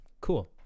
cool